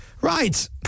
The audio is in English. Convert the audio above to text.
Right